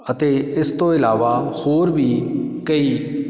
ਅਤੇ ਇਸ ਤੋਂ ਇਲਾਵਾ ਹੋਰ ਵੀ ਕਈ